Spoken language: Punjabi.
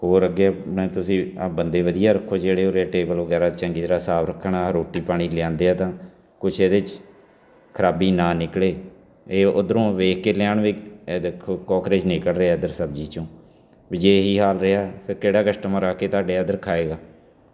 ਹੋਰ ਅੱਗੇ ਤੁਸੀਂ ਆਹ ਬੰਦੇ ਵਧੀਆ ਰੱਖੋ ਜਿਹੜੇ ਉਰੇ ਟੇਬਲ ਵਗੈਰਾ ਚੰਗੀ ਤਰ੍ਹਾਂ ਸਾਫ ਰੱਖਣ ਆਹ ਰੋਟੀ ਪਾਣੀ ਲਿਆਉਂਦੇ ਆ ਤਾਂ ਕੁਛ ਇਹਦੇ 'ਚ ਖਰਾਬੀ ਨਾ ਨਿਕਲੇ ਇਹ ਉੱਧਰੋਂ ਵੇਖ ਕੇ ਲਿਆਉਣ ਇਹ ਦੇਖੋ ਕੋਕਰੇਚ ਨਿਕਲ ਰਹੇ ਇੱਧਰ ਸਬਜ਼ੀ 'ਚੋਂ ਜੇ ਇਹੀ ਹਾਲ ਰਿਹਾ ਫਿਰ ਕਿਹੜਾ ਕਸਟਮਰ ਆ ਕੇ ਤੁਹਾਡੇ ਇੱਧਰ ਖਾਵੇਗਾ